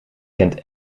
kent